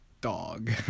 Dog